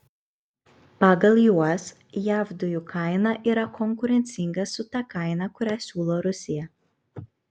pagal juos jav dujų kaina yra konkurencinga su ta kaina kurią siūlo rusija